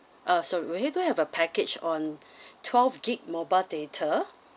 uh sorry we do have a package on twelve gig~ mobile data